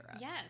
yes